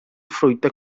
fruita